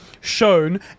shown